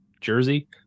Jersey